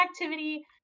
activity